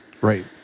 right